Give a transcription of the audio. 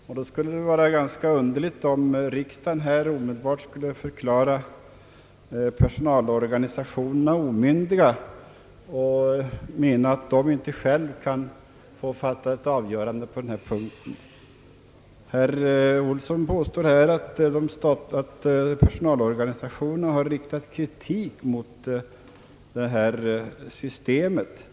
I det läget skulle det verka ganska underligt om riksdagen nu skulle förklara personalorganisationerna omyndiga och inte tillät dem att själva få fatta ett avgörande på denna punkt. Herr Olsson påstår att personalorganisationerna har riktat kritik mot detta system.